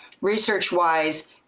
research-wise